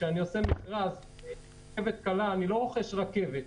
כשאני עושה מכרז אני לא רוכש רכבת,